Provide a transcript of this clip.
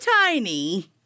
tiny